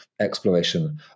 exploration